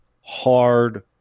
hard